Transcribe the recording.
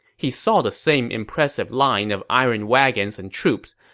he saw the same impressive line of iron wagons and troops,